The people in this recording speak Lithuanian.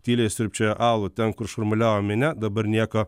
tyliai siurbčioja alų ten kur šurmuliavo minia dabar nieko